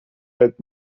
هقت